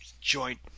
joint